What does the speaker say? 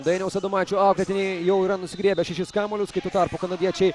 dainiaus adomaičio auklėtiniai jau yra nusigriebę šešis kamuolius kai tuo tarpu kanadiečiai